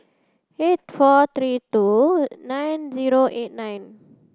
eight four three two nine zero eight nine